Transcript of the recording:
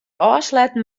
ôfsletten